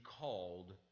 called